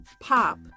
pop